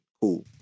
Cool